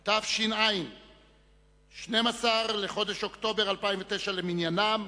בעד, 9, אין מתנגדים ואין נמנעים.